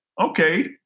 Okay